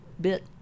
bit